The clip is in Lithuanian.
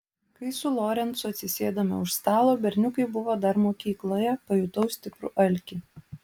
kai su lorencu atsisėdome už stalo berniukai buvo dar mokykloje pajutau stiprų alkį